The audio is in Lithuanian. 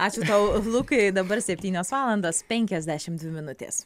ačiū tau lukai dabar septynios valandos penkiasdešimt dvi minutės